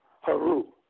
Haru